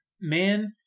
man